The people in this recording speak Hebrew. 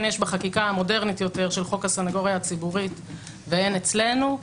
יש בחקיקה המודרנית יותר של חוק הסנגוריה הציבורית ואין אצלנו.